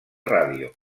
ràdio